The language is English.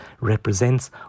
represents